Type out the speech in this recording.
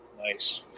Nice